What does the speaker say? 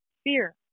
fear